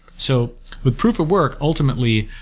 so with proof of work, ultimately,